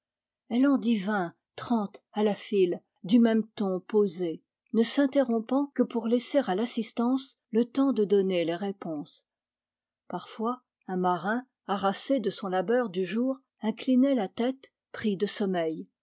dit vingt trente à la file du même ton posé ne s'interrompant que pour laisser à l'assistance le temps de donner les répons parfois un marin harassé de son labeur du jour inclinait la tête pris de sommeil